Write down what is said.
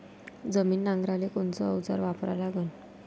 जमीन नांगराले कोनचं अवजार वापरा लागन?